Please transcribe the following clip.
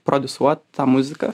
prodiusuot tą muziką